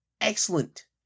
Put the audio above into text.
excellent